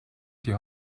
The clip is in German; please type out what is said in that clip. die